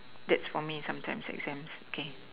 that's for me sometimes exams okay